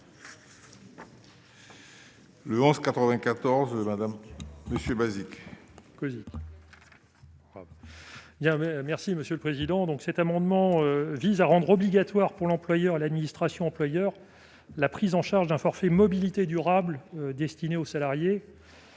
Il y avait, merci monsieur le président, donc, cet amendement vise à rendre obligatoire pour l'employeur, l'administration employeur la prise en charge d'un forfait mobilité durable destiné aux salariés.